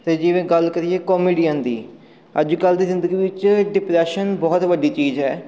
ਅਤੇ ਜਿਵੇਂ ਗੱਲ ਕਰੀਏ ਕੋਮੇਡੀਅਨ ਦੀ ਅੱਜ ਕੱਲ੍ਹ ਦੀ ਜ਼ਿੰਦਗੀ ਵਿੱਚ ਡਿਪ੍ਰੈਸ਼ਨ ਬਹੁਤ ਵੱਡੀ ਚੀਜ਼ ਹੈ